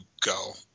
go